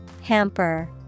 Hamper